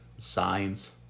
Signs